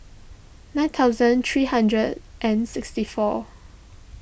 nine thousand three hundred and sixty fourth